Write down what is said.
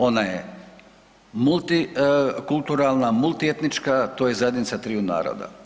Ona je multikulturalna, multietnička to je zajednica triju naroda.